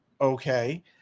okay